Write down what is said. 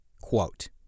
Quote